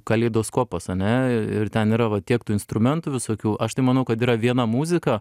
kaleidoskopas ane i ir ten yra va tiek tų instrumentų visokių aš tai manau kad yra viena muzika